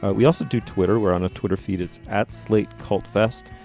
ah we also do twitter we're on a twitter feed it's at slate. cult fest.